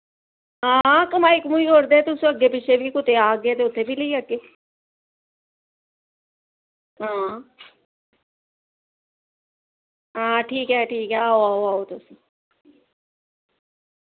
हां कमाई कमुई ओड़दे तुस अग्गैं पिच्छें बी अग्गैं पिच्छें कुदै आखगे ते उत्थें बी लेई जाह्गे हां ठीक ऐ ठीक ऐ आओ तुस